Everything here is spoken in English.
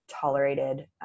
tolerated